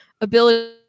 ability